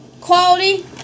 quality